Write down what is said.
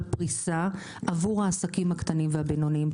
פריסה עבור העסקים הקטנים והבינוניים.